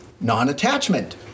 non-attachment